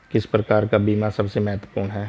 किस प्रकार का बीमा सबसे महत्वपूर्ण है?